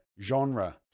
genre